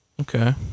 okay